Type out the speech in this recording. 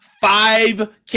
five